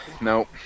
nope